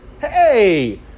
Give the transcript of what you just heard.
Hey